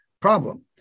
problem